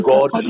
God